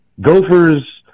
gophers